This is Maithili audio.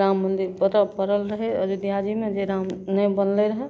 राममन्दिर ओतय पड़ल रहै अयोध्याजीमे जे राम नहि बनलै हन